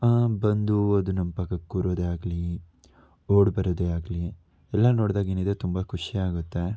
ಬಂದು ಅದು ನಮ್ಮ ಪಕ್ಕಕ್ಕೆ ಕೂರೋದೇ ಆಗಲಿ ಓಡಿ ಬರೋದೇ ಆಗಲಿ ಎಲ್ಲ ನೋಡ್ದಾಗ ಏನಿದೆ ತುಂಬ ಖುಷಿ ಆಗುತ್ತೆ